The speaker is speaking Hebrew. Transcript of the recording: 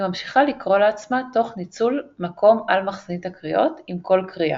היא ממשיכה לקרוא לעצמה תוך ניצול מקום על מחסנית הקריאות עם כל קריאה,